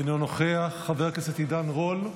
אינו נוכח, חבר הכנסת עידן רול,